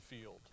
field